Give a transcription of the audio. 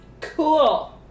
Cool